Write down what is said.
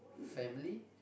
family